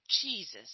Jesus